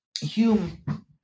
Hume